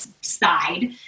side